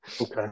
Okay